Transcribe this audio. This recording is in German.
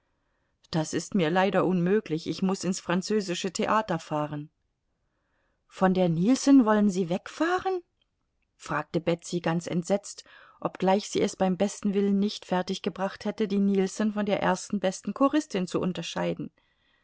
das ist mir leider unmöglich ich muß ins französische theater fahren von der nilsson wollen sie wegfahren fragte betsy ganz entsetzt obgleich sie es beim besten willen nicht fertiggebracht hätte die nilsson von der ersten besten choristin zu unterscheiden